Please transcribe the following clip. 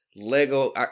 Lego